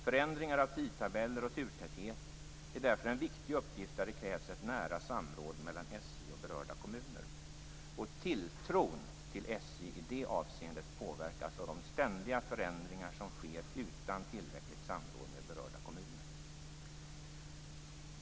Förändringar av tidtabell och turtäthet är därför en viktig uppgift, där det krävs ett nära samråd mellan SJ och berörda kommuner. Tilltron till SJ i det avseendet påverkas av ständiga förändringar som sker utan tillräckligt samråd med berörda kommuner.